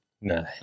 No